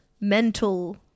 mental